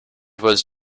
was